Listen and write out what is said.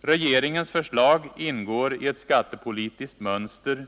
Regeringens förslag ingår i ett skattepolitiskt mönster.